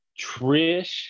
Trish